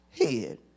head